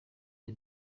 the